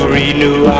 renew